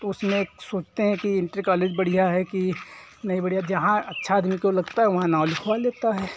तो उसमें सोचते हैं कि इन्टर कालेज बढ़िया है कि नहीं बढ़िया जहाँ अच्छा जिनको लगता है वहाँ नाव लिखवा लेता है